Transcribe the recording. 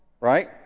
Right